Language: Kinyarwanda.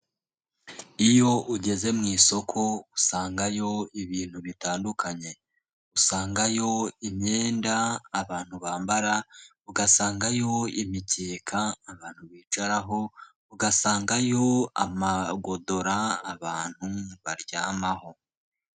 Iyo ugeze mu isoko usangayo ibintu bitandukanye. Usangayo imyenda abantu bambara, ugasangayo imikeka abantu bicaraho, ugasangayo amagodora abantu baryamaho.